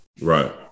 Right